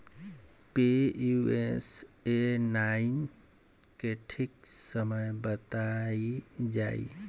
Pusa nine के ठीक समय बताई जाई?